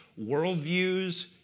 worldviews